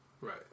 Right